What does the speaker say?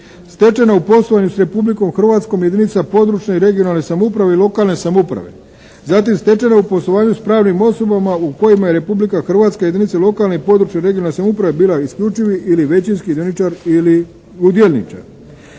stečena u poslovanju s Republikom Hrvatskom jedinica područne i regionalne samouprave i lokalne samouprave. Zatim, stečena u poslovanju s pravnim osobama u kojima je Republika Hrvatska i jedinice lokalne područne regionalne samouprave bila isključivi ili većinski dioničar ili …/Govornik